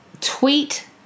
tweet